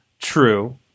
True